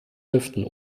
lüften